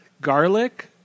Garlic